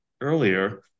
earlier